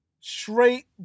Straight